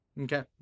Okay